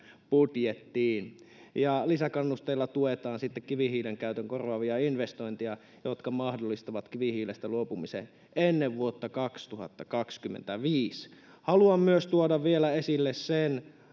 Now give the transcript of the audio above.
budjettiin lisäkannusteilla tuetaan sitten kivihiilen käytön korvaavia investointeja jotka mahdollistavat kivihiilestä luopumisen ennen vuotta kaksituhattakaksikymmentäviisi haluan myös tuoda vielä esille sen